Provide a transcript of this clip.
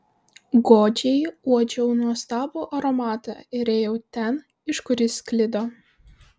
godžiai uodžiau nuostabų aromatą ir ėjau ten iš kur jis sklido